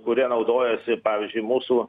kuria naudojasi pavyzdžiui mūsų